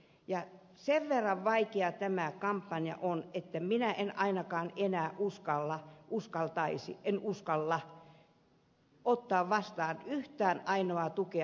ja sen verran vaikea tämä kampanja on että minä en ainakaan enää uskalla ottaa vastaan yhtään ainoaa tukea